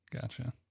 Gotcha